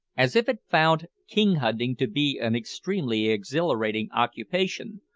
as if it found king-hunting to be an extremely exhilarating occupation,